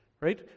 right